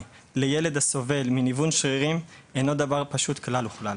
לילד הסובל מניוון שרירים אינו דבר פשוט כלל וכלל.